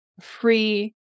free